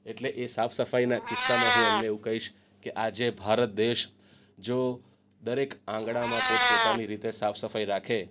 એટલે એ સાફ સફાઈના કિસ્સામાં હું એમને એવું કહીશ કે આજે ભારત દેશ જો દરેક આંગણામાં પોત પોતાની રીતે સાફ સફાઈ રાખે